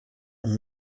and